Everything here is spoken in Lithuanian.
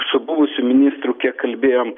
su buvusiu ministru kiek kalbėjom